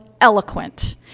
eloquent